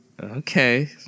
Okay